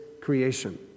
creation